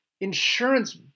insurance